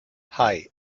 hei